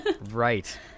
Right